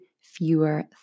fewer